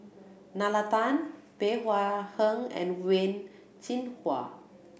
Nalla Tan Bey Hua Heng and Wen Jinhua